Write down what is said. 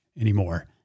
anymore